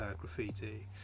graffiti